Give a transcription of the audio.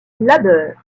labeur